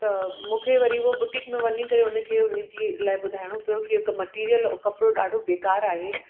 त मूंखे वरी उहा बुटीक में वञी करे हुनखे हुनजे लाइ ॿुधाइणो पियो कि हिक मटेरियल ऐं कपिड़ो ॾाढो बेकार आहे